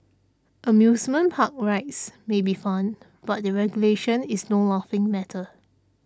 amusement park rides may be fun but their regulation is no laughing matter